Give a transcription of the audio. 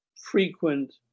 frequent